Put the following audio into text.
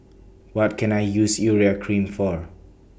What Can I use Urea Cream For